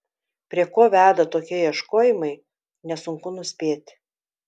prie ko veda tokie ieškojimai nesunku nuspėti